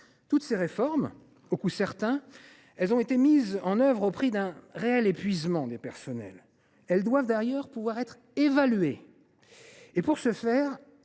Toutes ces réformes, au coût certain, ont été mises en œuvre au prix d’un réel épuisement des personnels. Elles doivent d’ailleurs pouvoir être évaluées, dans le temps